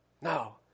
No